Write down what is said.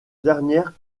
dernière